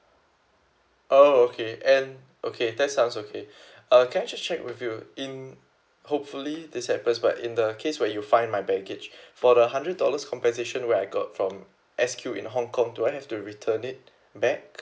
oh okay and okay that's sounds okay uh can I just check with you in hopefully this happens but in the case where you find my baggage for the hundred dollars compensation where I got from S Q in hong kong do I have to return it back